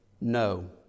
no